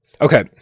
okay